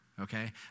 okay